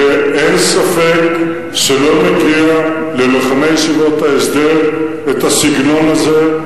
אין ספק שלא מגיע ללוחמי ישיבות ההסדר הסגנון הזה,